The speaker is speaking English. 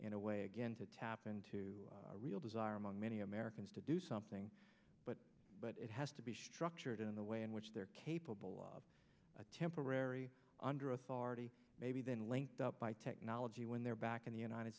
in a way again to tap into a real desire among many americans to do something but but it has to be structured in a way in which they're capable of a temporary under authority maybe then linked up by technology when they're back in the united